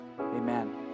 Amen